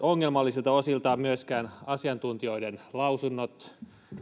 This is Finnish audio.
ongelmallisilta osiltaan myöskään asiantuntijoiden lausunnot